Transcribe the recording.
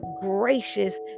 gracious